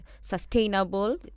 sustainable